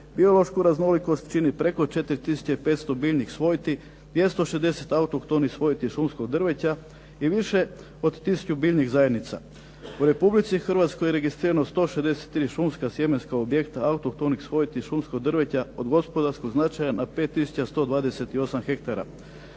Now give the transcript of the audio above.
Biološku raznolikost čini preko 4500 biljnih svojti, 260 autohtonih svojti šumskog drveća i više od 1000 biljnih zajednica. U Republici Hrvatskoj je registrirano 163 šumska sjemenska objekta autohtonih svojti, šumskog drveća od gospodarskog značaja na 5128 ha.